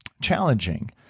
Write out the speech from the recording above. challenging